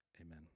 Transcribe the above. amen